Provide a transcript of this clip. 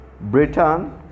Britain